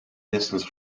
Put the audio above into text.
distance